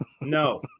No